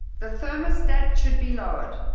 the thermostat should be lowered.